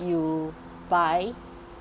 you buy